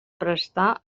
prestar